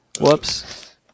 Whoops